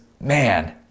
man